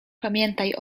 pamiętaj